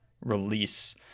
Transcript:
release